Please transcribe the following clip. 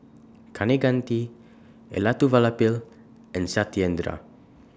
Kaneganti Elattuvalapil and Satyendra